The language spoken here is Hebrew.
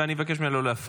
ואני אבקש ממנה לא להפריע.